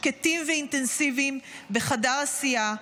שקטים ואינטנסיביים בחדר הסיעה.